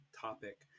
topic